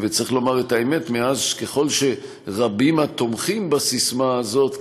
צריך לומר את האמת: ככל שרבים התומכים בססמה הזאת,